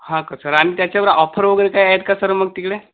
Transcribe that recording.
हा का सर आणि त्याच्यावर ऑफर वगैरे काय आहेत का सर मग तिकडे